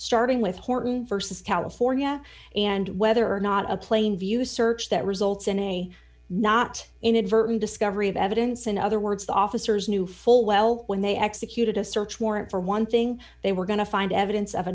starting with horton versus california and whether or not a plain view search that results in a not inadvertent discovery of evidence in other words the officers knew full well when they executed a search warrant for one thing they were going to find evidence of